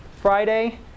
Friday